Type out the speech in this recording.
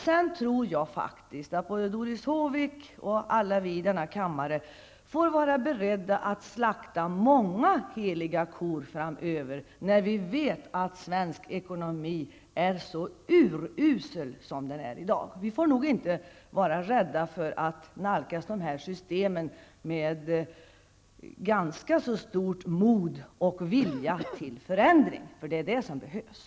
Jag tror att Doris Håvik och alla vi i denna kammare får vara beredda att slakta många heliga kor framöver när vi nu vet att svensk ekonomi är så urusel som den är i dag. Vi får nog inte vara rädda för att nalkas dessa system med ganska så stort mod och vilja till förändring. Det är det som behövs.